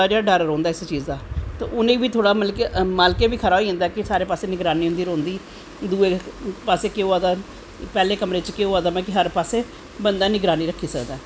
ते उनेंगी बी थोह्ड़ा जेहा डर रौंह्दा इस चीज़ दा ते उनेंगी बी मालकें गी बी होई जंदा कि बस निगरानी उंदी रौंह्दी दुए पास्से केह् होआ दा पैह्ले कमरे च केह् होआ दा कि मतलव हर पास्से बंदा निगरानी रक्खी सकदा ऐ